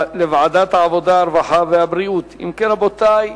אם כן, רבותי,